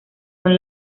son